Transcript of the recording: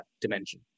dimension